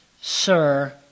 sir